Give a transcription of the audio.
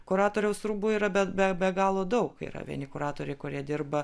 kuratoriaus rūbų yra be be galo daug yra vieni kuratoriai kurie dirba